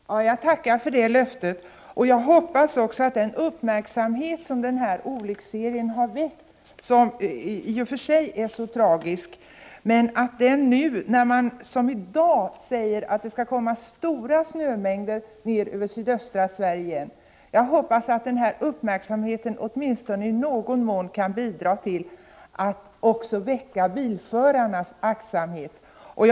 Fru talman! Jag tackar för det löftet! Jag hoppas att den uppmärksamhet som denna så tragiska serie av olyckor har väckt åtminstone i någon mån kan bidra till att även göra bilförarna mer aktsamma — speciellt i dag, när man säger att stora shömängder kommer att falla över sydöstra Sverige.